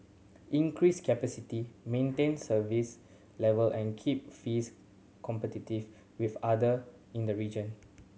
increase capacity maintain service level and keep fees competitive with other in the region